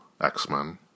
X-Men